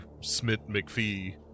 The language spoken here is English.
Smith-McPhee